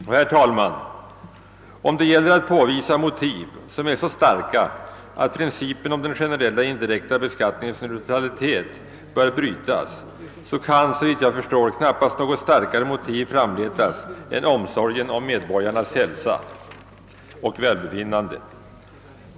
Och, herr talman, om det gäller att påvisa motiv som är så starka att principen om den generella indirekta beskattningens neutralitet bör brytas, kan, såvitt jag förstår, knappast något starkare motiv framletas än omsorgen om medborgarnas hälsa och välbefinnande.